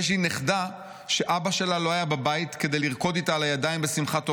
יש לי נכדה שאבא שלה לא היה בבית כדי לרקוד איתה על הידיים בשמחת תורה,